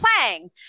playing